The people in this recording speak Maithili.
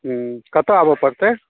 हूँ कतऽ आबऽ पड़तै